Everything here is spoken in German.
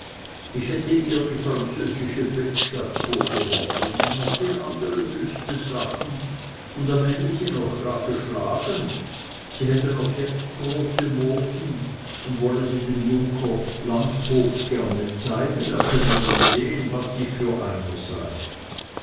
ich hätte ihr die französische bettstatt vorgeworfen und noch viele andere wüste sachen und am ende sie noch gar geschlagen sie hätte noch jetzt große mosen und wolle sie dem junker landvogt gerne zeigen er könne daran sehen was ich für einer sei